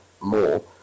more